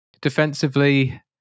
Defensively